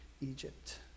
Egypt